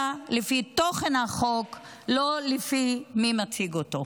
לפי תוכן החוק ולא לפי מי שמציגה אותו.